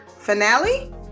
finale